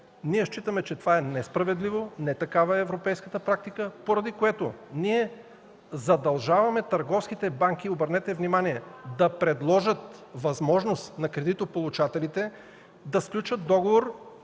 Считаме, че това е несправедливо, не такава е европейската практика, поради което задължаваме търговските банки, обърнете внимание, да предложат възможност на кредитополучателите да сключат договор,